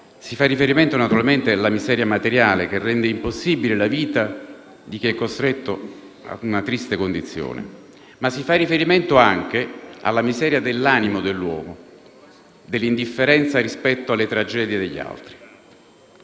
Si fa riferimento naturalmente alla miseria materiale, che rende impossibile la vita di chi è costretto a una triste condizione, ma si fa riferimento anche alla miseria dell'animo dell'uomo, dell'indifferenza rispetto alle tragedie degli altri.